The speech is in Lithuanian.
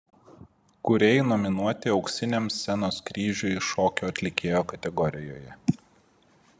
kūrėjai nominuoti auksiniam scenos kryžiui šokio atlikėjo kategorijoje